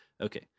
okay